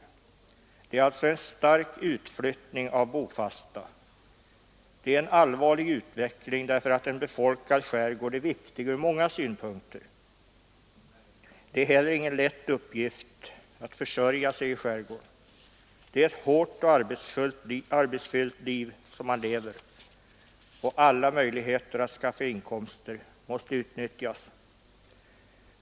Det är alltså en stark utflyttning av bofasta. Det är en allvarlig utveckling därför att en befolkad skärgård är viktig ur många synpunkter. Det är heller ingen lätt uppgift att försörja sig i skärgården. Det är ett hårt och arbetsfyllt liv man lever, och alla möjligheter att skaffa inkomster måste utnyttjas.